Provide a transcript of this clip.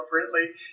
appropriately